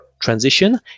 transition